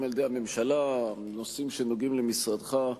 הממשלה נושאים שנוגעים למשרדך,